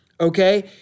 okay